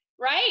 right